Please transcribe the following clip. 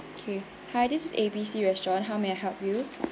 okay hi this is A_B_C restaurant how may I help you